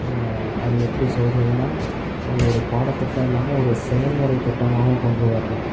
அது எப்படி சொல்கிறதுன்னா அது ஒரு பாடத்திட்டம் இல்லாமல் ஒரு செயல்முறைத் திட்டமாகவும் கொண்டு வரணும்